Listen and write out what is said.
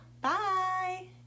Bye